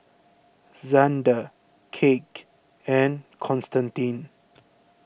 Zander Cake and Constantine